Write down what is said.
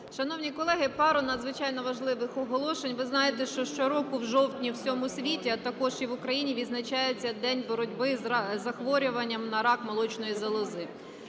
Шановні колеги, пару надзвичайно важливих оголошень. Ви знаєте, що щороку в жовтні в усьому світі, а також і в України відзначається День боротьби із захворювання на рак молочної залози.